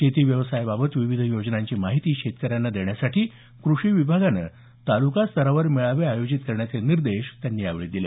शेती व्यवसायाबाबत विविध योजनांची माहिती शेतकऱ्यांना देण्यासाठी क्रषी विभागाने तालुकास्तरावर मेळावे आयोजित करण्याचे निर्देश त्यांनी यावेळी दिले